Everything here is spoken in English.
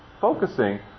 focusing